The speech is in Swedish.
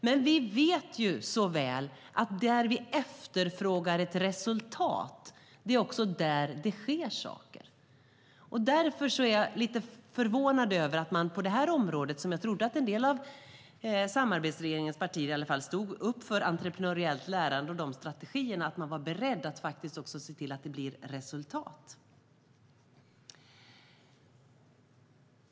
Men vi vet så väl att där vi efterfrågar ett resultat sker också saker. Därför är jag lite förvånad över vad man gör på detta område. Jag trodde att ett av samarbetsregeringens partier i alla fall stod upp för entreprenöriellt lärande och dessa strategier och att man också var beredd att se till att det faktiskt blir resultat.